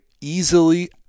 easily